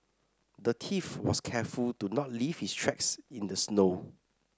the thief was careful to not leave his tracks in the snow